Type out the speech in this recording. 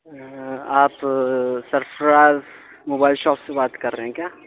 آپ Sarfaraz mobile shop سے بات کر رہے ہیں کیا